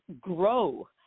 grow